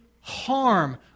harm